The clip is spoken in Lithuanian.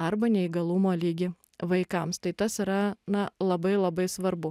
arba neįgalumo lygį vaikams tai tas yra na labai labai svarbu